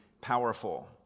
powerful